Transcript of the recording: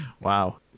Wow